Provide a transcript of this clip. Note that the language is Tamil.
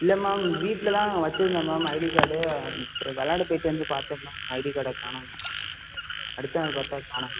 இல்லை மேம் வீட்டில் தான் வெச்சிருந்தேன் மேம் ஐடி கார்ட் இப்போ விளாட போய்ட்டு வந்து பார்த்தேன் மேம் ஐடி கார்டை காணும் அடுத்த நாள் பார்த்தா காணும்